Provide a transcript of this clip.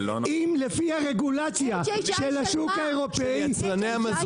לפי הרגולציה של השוק האירופאי --- HHI של מה?